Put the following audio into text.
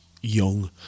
young